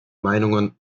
meinungen